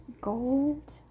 gold